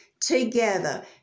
together